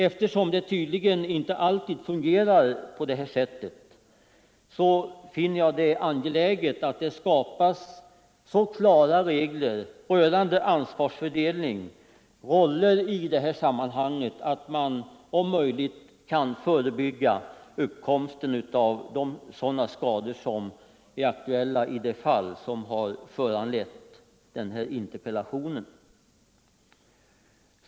Eftersom detta tydligen inte alltid sker, finner jag det angeläget att så klara regler rörande ansvarsfördelningen skapas att man om möjligt kan förebygga uppkomsten av sådana skador som i det fall som föranlett denna interpellation.